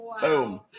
boom